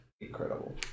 incredible